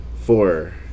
Four